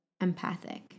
empathic